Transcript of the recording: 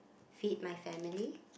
feed my family